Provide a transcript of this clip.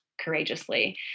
courageously